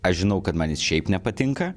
aš žinau kad man jis šiaip nepatinka